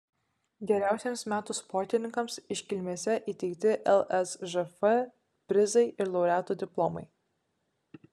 geriausiems metų sportininkams iškilmėse įteikti lsžf prizai ir laureatų diplomai